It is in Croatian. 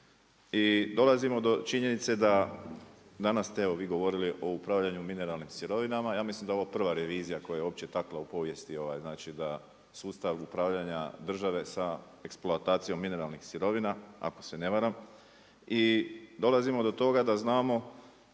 I dolazimo do činjenice da danas ste evo vi govorili o upravljanju mineralnim sirovinama, ja mislim da je ovo prva revizija koja je uopće takla u povijesti da sustav upravljanja države sa eksploatacijom mineralnih sirovina ako se ne varam i dolazimo do toga da znamo